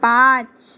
পাঁচ